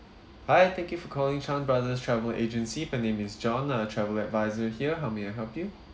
hi thank you for calling chan brothers travel agency my name is john a travel advisor here how may I help you